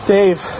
Dave